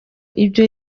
ibyo